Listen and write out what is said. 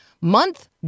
month